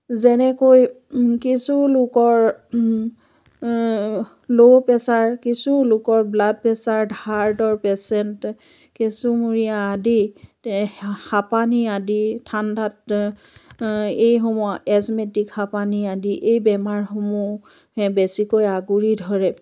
যেনেকৈ কিছু লোকৰ ল' প্ৰেচাৰ কিছু লোকৰ ব্লাড প্ৰেচাৰ হাৰ্টৰ পেচেন্ট কেঁচুমূৰীয়া আদিতে হাঁপানী আদি ঠাণ্ডাত এইসমূহ এজমেটিক হাঁপানী আদি এই বেমাৰসমূহে বেছিকৈ আগুৰি ধৰে